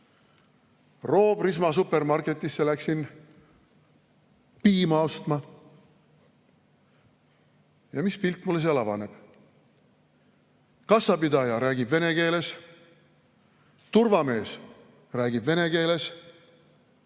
Roo Prisma supermarketisse piima ostma. Ja mis pilt mulle seal avanes? Kassapidaja räägib vene keeles, turvamees räägib vene keeles,